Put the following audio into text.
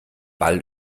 ball